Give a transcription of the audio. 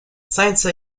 since